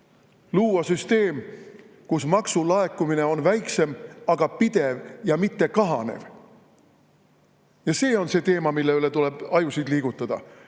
luua süsteem, kus maksulaekumine on väiksem, aga pidev ja mittekahanev. See on see teema, mille üle tuleb ajusid liigutada,